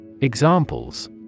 Examples